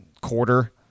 quarter